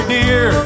Dear